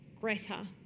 Greta